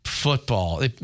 football